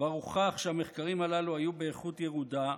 כבר הוכח שהמחקרים הללו היו באיכות ירודה,